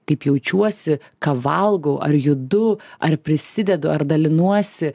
kaip jaučiuosi ką valgau ar judu ar prisidedu ar dalinuosi